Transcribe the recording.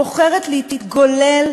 בוחרת להתגולל,